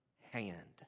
hand